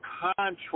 contract